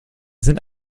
sind